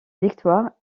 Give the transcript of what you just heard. victoire